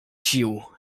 sił